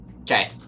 okay